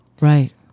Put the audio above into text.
Right